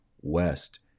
west